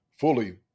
fully